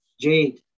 Jade